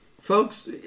folks